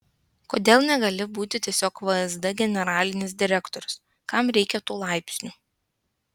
kodėl negali būti tiesiog vsd generalinis direktorius kam reikia tų laipsnių